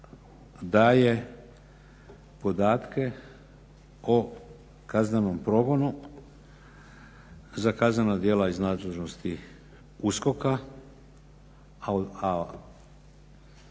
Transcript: daje podatke o kaznenom progonu za kaznena djela iz nadležnosti USKOK-a, a